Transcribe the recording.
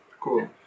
Cool